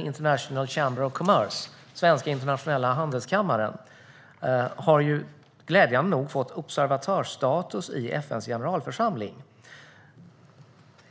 International Chamber of Commerce, ICC, svenska Internationella handelskammaren, har glädjande nog fått observatörsstatus i FN:s generalförsamling.